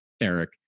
Eric